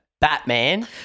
Batman